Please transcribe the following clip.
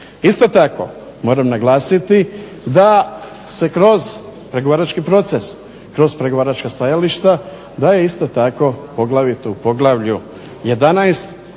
Isto tako moram naglasiti da se kroz pregovarački proces kroz pregovaračka stajališta da je isto tako poglavito u poglavlju 11